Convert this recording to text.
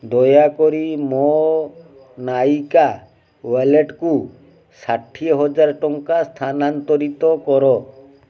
ଦୟାକରି ମୋ ନାଇକା ୱାଲେଟ୍କୁ ଷାଠିଏ ହଜାର ଟଙ୍କା ସ୍ଥାନାନ୍ତରିତ କର